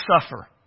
suffer